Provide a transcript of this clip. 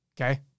okay